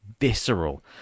visceral